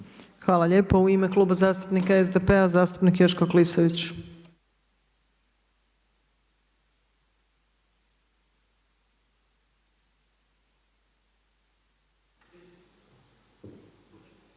Hvala lijepo. U ime Kluba zastupnika SDP-a zastupnik Joško Klisović.